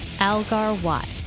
Algar-Watt